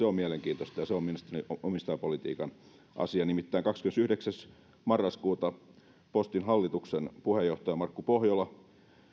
on mielenkiintoista ja se on mielestäni omistajapolitiikan asia nimittäin kahdeskymmenesyhdeksäs marraskuuta postin hallituksen puheenjohtaja markku pohjola